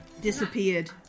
disappeared